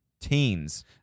teens